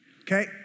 Okay